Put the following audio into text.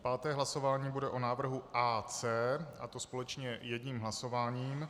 Páté hlasování bude o návrhu AC, a to společně jedním hlasováním.